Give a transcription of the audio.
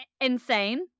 insane